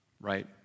right